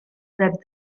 that